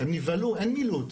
הם נבהלו, אין מילוט.